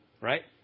Right